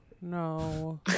No